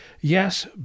Yes